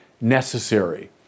necessary